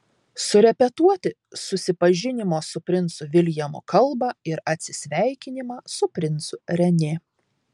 surepetuoti susipažinimo su princu viljamu kalbą ir atsisveikinimą su princu renė